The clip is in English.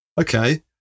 okay